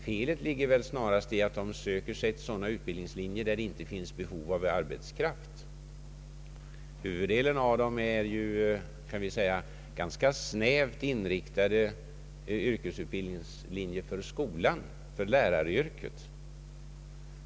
Felet ligger väl snarast i att de unga söker sig till sådana utbildningslinjer som siktar till områden där det inte finns behov av arbetskraft. Huvuddelen är ju ganska snävt inriktade utbildningslinjer för skolan, för läraryrket.